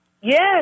Yes